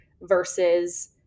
versus